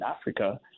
Africa